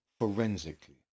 forensically